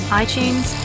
iTunes